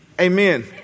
amen